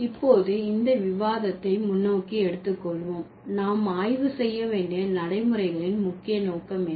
இப்போது இந்த விவாதத்தை முன்னோக்கி எடுத்து கொள்வோம் நாம் ஆய்வு செய்ய வேண்டிய நடைமுறைகளின் முக்கிய நோக்கம் என்ன